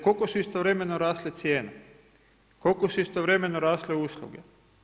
Koliko su istovremeno rasle cijene, koliko su istovremeno rasle usluge?